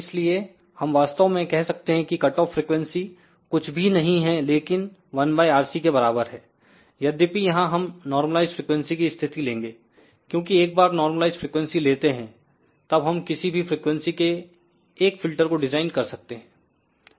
इसलिए हम वास्तव में कह सकते हैं कि कटऑफ फ्रिकवेंसी कुछ भी नहीं है लेकिन 1 RC के बराबर है यद्यपि यहां हम नॉर्मलआईस्ड फ्रीक्वेंसी की स्थिति लेंगे क्योंकि एक बार नॉर्मलआईस्ड फ्रीक्वेंसी लेते है तब हम किसी भी फ्रीक्वेंसी के एक फिल्टर को डिजाइन कर सकते हैं